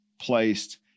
placed